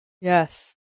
Yes